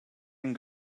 and